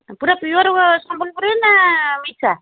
ପୁରା ପିୟୋର୍ ସମ୍ବଲପୁରୀ ନା ମିଶା